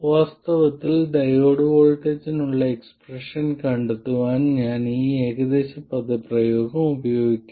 വാസ്തവത്തിൽ ഡയോഡ് വോൾട്ടേജിനുള്ള എക്സ്പ്രഷൻ കണ്ടെത്താൻ ഞാൻ ഈ ഏകദേശ പദപ്രയോഗം ഉപയോഗിക്കും